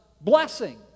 blessing